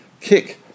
kick